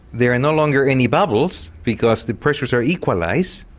there are no longer any bubbles because the pressures are equalised,